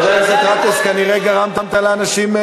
חבר הכנסת גטאס, כנראה גרמת לאנשים,